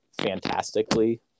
fantastically